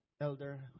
Elder